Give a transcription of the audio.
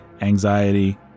anxiety